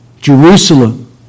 Jerusalem